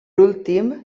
últim